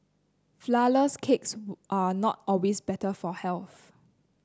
flourless cakes are not always better for health